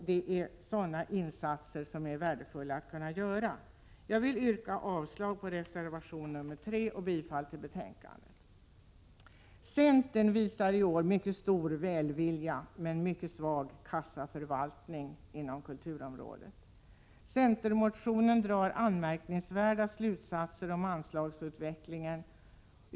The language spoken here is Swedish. Det är värdefullt att kunna göra sådana insatser. Jag vill yrka avslag på reservation nr 3 och bifall till utskottets hemställan. Centern visar i år mycket stor välvilja men mycket svag kassaförvaltning inom kulturområdet. Centermotionen drar anmärkningsvärda slutsatser om anslagsutvecklingen.